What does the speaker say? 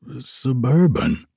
suburban